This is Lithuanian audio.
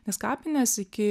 nes kapinės iki